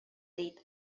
дейт